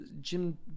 Jim